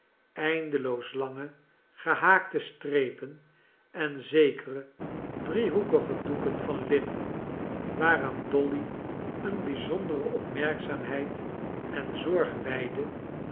eindeloos lange gehaakte strepen en zekere driehoekige doeken van linnen waaraan dolly een bizondere opmerkzaamheid en zorg wijdde